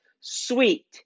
sweet